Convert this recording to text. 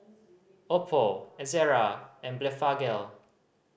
Oppo Ezerra and Blephagel